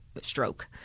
stroke